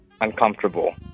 uncomfortable